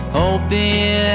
hoping